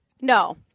No